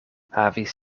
havis